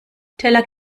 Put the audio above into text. teller